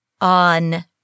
on